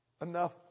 enough